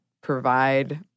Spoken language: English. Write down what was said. provide